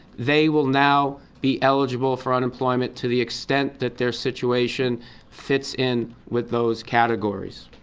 they will now be eligible for unemployment to the extent that their situation fits in with those categories.